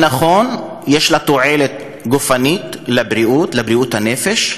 נכון, יש בה תועלת גופנית לבריאות, לבריאות הנפש,